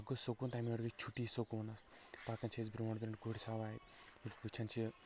اکھ گوٚو سکوٗن تمہِ لٹہِ گٔے چھُٹی سکوٗنس پکان چھِ أسۍ برٛونٛٹھ برٛونٛٹھ گُرۍ سوارِ وٕچھان چھِ